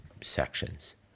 sections